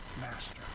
master